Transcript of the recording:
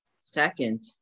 Second